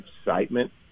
excitement